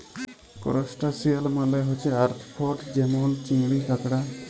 করসটাশিয়াল মালে হছে আর্থ্রপড যেমল চিংড়ি, কাঁকড়া